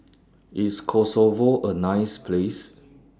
IS Kosovo A nice Place